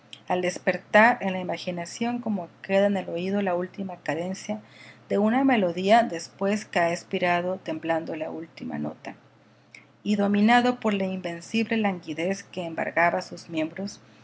al despertar en la imaginación como queda en el oído la última cadencia de una melodía después que ha expirado temblando la última nota y dominado por la invencible languidez que embargaba sus miembros